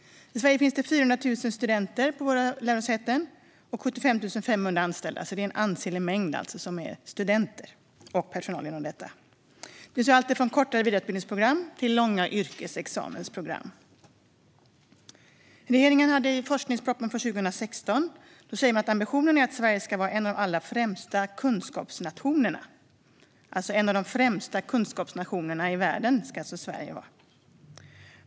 I Sverige finns det 400 000 studenter på våra lärosäten och 75 500 anställda, alltså en ansenlig mängd studenter och personal. Det finns alltifrån kortare vidareutbildningsprogram till långa yrkesexamensprogram. Regeringen skriver i forskningspropositionen för 2016 att ambitionen är att Sverige ska vara en av de allra främsta kunskapsnationerna i världen.